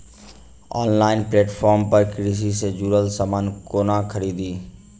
Online platform पर कृषि सँ जुड़ल समान कोना खरीदी?